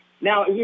Now